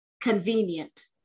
convenient